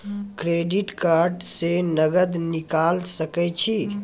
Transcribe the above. Credit card से नगद निकाल सके छी?